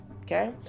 Okay